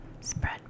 spread